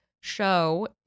show